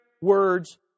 words